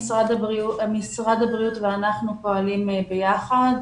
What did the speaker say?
משרד הבריאות ואנחנו פועלים ביחד,